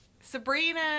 Sabrina